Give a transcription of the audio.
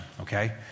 okay